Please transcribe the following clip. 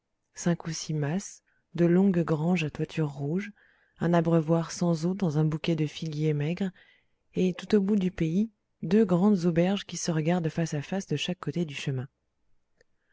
cinq ou six mas de longues granges à toiture rouge un abreuvoir sans eau dans un bouquet de figuiers maigres et tout au bout du pays deux grandes auberges qui se regardent face à face de chaque côté du chemin